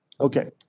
Okay